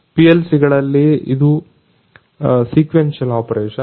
PLC ಗಳಲ್ಲಿ ಇದು sequential operation